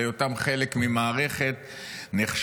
על היותם חלק ממערכת נחשלת.